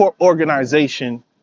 organization